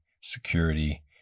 security